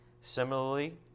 Similarly